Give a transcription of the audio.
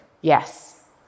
yes